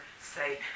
say